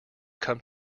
come